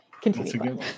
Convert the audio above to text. continue